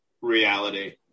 reality